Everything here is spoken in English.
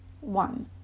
One